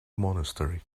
monastery